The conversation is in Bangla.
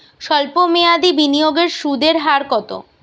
সল্প মেয়াদি বিনিয়োগের সুদের হার কত?